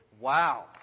Wow